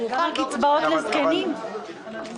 דיברו על 15